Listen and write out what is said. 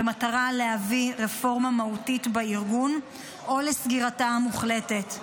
במטרה להביא רפורמה מהותית בארגון או לסגירתו המוחלטת.